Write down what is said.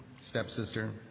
stepsister